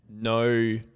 no